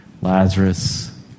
Lazarus